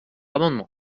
amendement